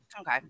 Okay